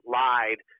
lied